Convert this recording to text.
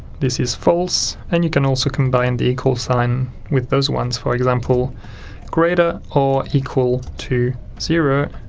this is false, and you can also combine the equal sign with those ones. for example greater or equal to zero,